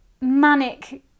manic